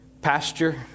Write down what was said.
pasture